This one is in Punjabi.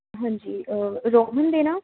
ਹਾਂਜੀ ਰੋਮਨ ਦੇ ਨਾ